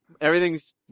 everything's